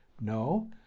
no